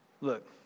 Look